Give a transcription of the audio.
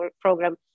program